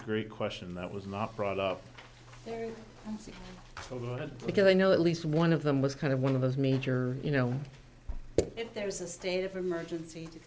great question that was not brought up a little bit because i know at least one of them was kind of one of those major you know if there was a state of emergency